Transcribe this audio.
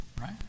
Right